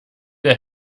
der